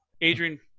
adrian